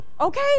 Okay